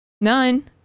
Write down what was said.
None